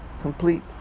complete